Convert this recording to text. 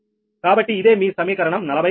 కాబట్టి ఇదే మీ సమీకరణం 42